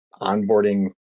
onboarding